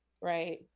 right